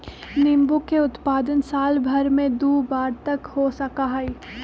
नींबू के उत्पादन साल भर में दु बार तक हो सका हई